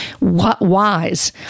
wise